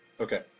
Okay